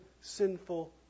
sinful